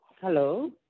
Hello